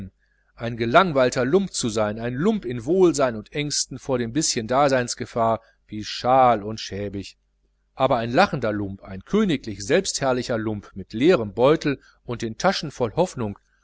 ein gelangweilter lump zu sein ein lump in wohlsein und ängsten vor dem bischen daseinsgefahr wie schaal und schäbig aber ein lachender lump ein königlich selbstherrlicher lump mit leerem beutel und den taschen voll hoffnung